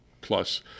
plus